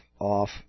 off